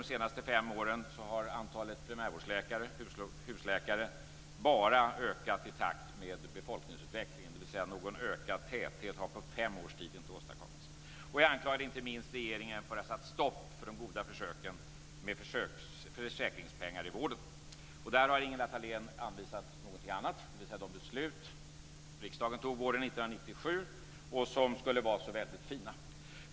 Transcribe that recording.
Det har lett till att antalet primärvårdsläkare, husläkare, under de senaste fem åren bara har ökat i takt med befolkningsutvecklingen, dvs. att någon ökad täthet inte har åstadkommits på fem års tid. Jag anklagade inte minst regeringen för att den satte stopp för de goda försöken med försäkringspengar i vården. Ingela Thalén har anvisat någonting annat, dvs. det beslut som riksdagen fattade våren 1997 och som skulle vara så väldigt fint.